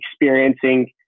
experiencing